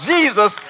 Jesus